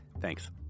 Thanks